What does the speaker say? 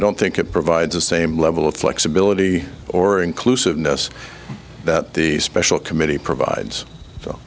don't think it provides the same level of flexibility or inclusiveness that the special committee provides